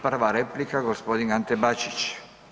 Prva replika g. Ante Bačić.